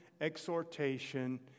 exhortation